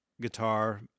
guitar